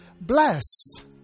Blessed